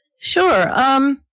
Sure